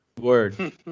word